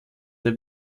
der